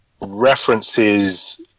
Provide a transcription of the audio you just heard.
references